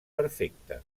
perfecte